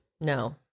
no